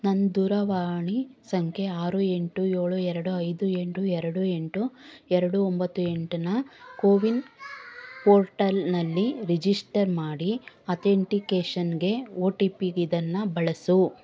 ನನ್ನ ದೂರವಾಣಿ ಸಂಖ್ಯೆ ಆರು ಎಂಟು ಏಳು ಎರಡು ಐದು ಎಂಟು ಎರಡು ಎಂಟು ಎರಡು ಒಂಬತ್ತು ಎಂಟನ್ನು ಕೋವಿನ್ ಪೋರ್ಟಲ್ನಲ್ಲಿ ರಿಜಿಸ್ಟರ್ ಮಾಡಿ ಅತೆಂಟಿಕೇಷನ್ಗೆ ಒ ಟಿ ಪಿಗಿದನ್ನು ಬಳಸು